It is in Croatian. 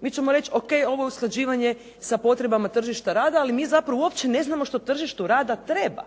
Mi ćemo reći ok ovo je usklađivanje sa potrebama tržišta rada ali mi zapravo uopće ne znamo što tržištu rada treba